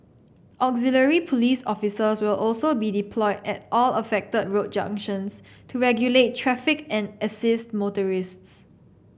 auxiliary police officers will also be deployed at all affected road junctions to regulate traffic and assist motorists